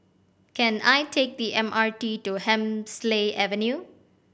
can I take the M R T to Hemsley Avenue